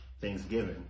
Thanksgiving